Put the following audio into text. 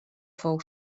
fou